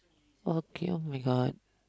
okay oh-my-god